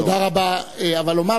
תודה רבה, אבל לומר